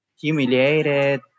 humiliated